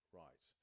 right